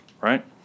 right